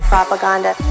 Propaganda